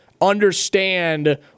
understand